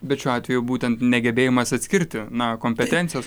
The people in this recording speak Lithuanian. bet šiuo atveju būtent negebėjimas atskirti na kompetencijos